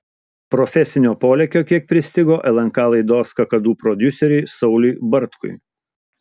profesinio polėkio kiek pristigo lnk laidos kakadu prodiuseriui sauliui bartkui